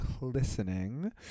listening